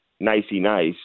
nicey-nice